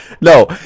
No